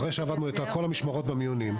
אחרי שעבדנו את כל המשמרות במיונים.